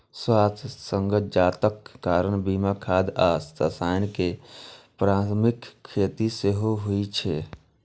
स्वास्थ्य सजगताक कारण बिना खाद आ रसायन के पारंपरिक खेती सेहो होइ छै